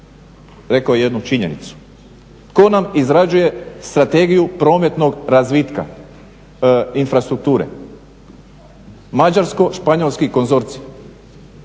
rekao jednu činjenicu. Tko nam izrađuje Strategiju prometnog razvitka infrastrukture? Mađarsko-španjolski konzorcij.